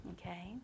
Okay